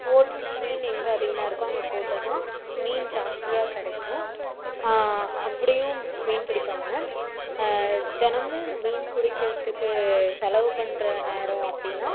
போட்டு மீன் எங்கே அதிகமாக இருக்கோ அங்கே போட்டோன்னா மீன் ஜாஸ்தியாக கிடைக்கும் அப்படியும் மீன் பிடிப்பாங்க தினமும் மீன் பிடிக்கிறதுக்கு செலவு பண்ணுற நேரம் அப்படின்னா